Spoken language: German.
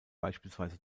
beispielsweise